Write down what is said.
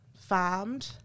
farmed